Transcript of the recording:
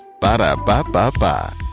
Ba-da-ba-ba-ba